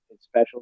special